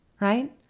right